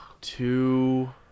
Two